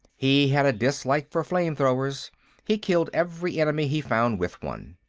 he had a dislike for flame-throwers he killed every enemy he found with one.